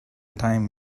time